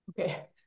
Okay